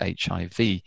HIV